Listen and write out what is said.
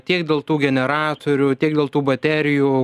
tiek dėl tų generatorių tiek dėl tų baterijų